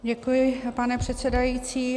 Děkuji, pane předsedající.